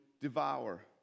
devour